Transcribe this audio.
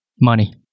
money